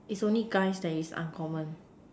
is only guys that is uncommon